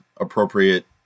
appropriate